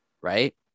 right